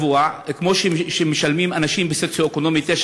כמו שמשלמים אנשים במצב סוציו-אקונומי 9,